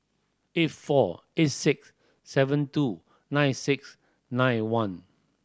eight four eight six seven two nine six nine one